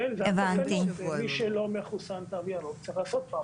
זה הצו, יש להם אפשרות להתחסן יש